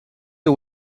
you